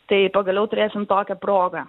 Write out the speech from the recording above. tai pagaliau turėsim tokią progą